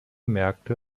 märkte